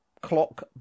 clock